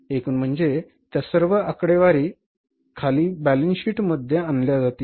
एकूण म्हणजे त्या सर्व आकडेवारी खाली बॅलन्स शीट मध्ये आणल्या जातात